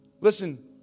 Listen